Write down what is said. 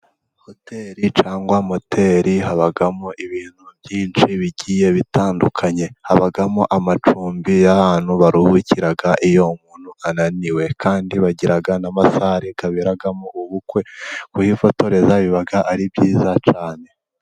Hoteri cyangwa moteri, habamo ibintu byinshi bigiye bitandukanye. Habamo amacumbi y'ahantu baruhukira iyo umuntu ananiwe. Kandi bagira n'amasare aberamo ubukwe, kuhifotoreza biba ari byiza cyane.